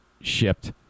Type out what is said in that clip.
shipped